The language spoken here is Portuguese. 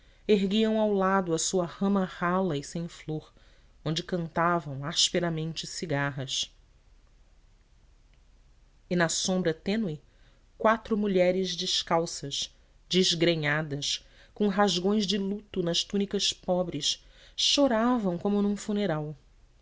erguiam ao lado a sua rama rala e sem flor aonde cantavam asperamente cigarras e na sombra tênue quatro mulheres descalças desgrenhadas com rasgões de luto nas túnicas pobres choravam como num funeral